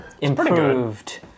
improved